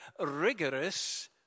rigorous